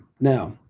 Now